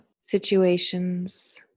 situations